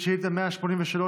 שאילתה מס' 183,